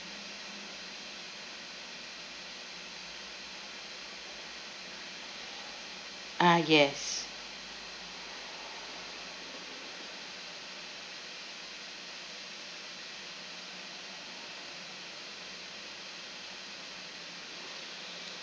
ah yes